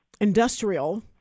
industrial